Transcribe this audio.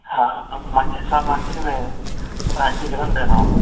ஆ மஞ்ச சாமாந்தி ஒரு அஞ்சு கிலோ வேணும்